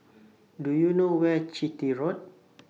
Do YOU know Where Chitty Road